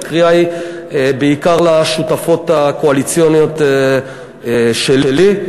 הקריאה היא בעיקר לשותפות הקואליציוניות שלי.